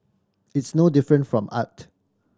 it's no different from art